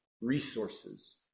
resources